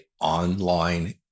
online